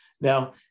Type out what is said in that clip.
Now